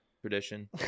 tradition